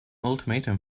ultimatum